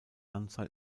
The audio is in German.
anzahl